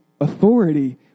authority